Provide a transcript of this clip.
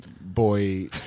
boy